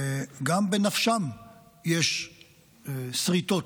גם בנפשם יש שריטות,